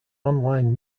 online